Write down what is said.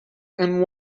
and